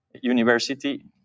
university